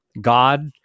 God